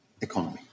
economy